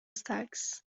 tax